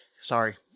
sorry